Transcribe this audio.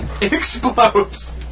explodes